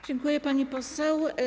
Dziękuję, pani poseł.